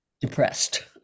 depressed